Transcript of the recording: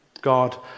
God